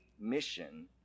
mission